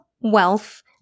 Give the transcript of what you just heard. wealth